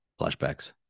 Flashbacks